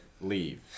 leave